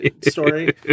story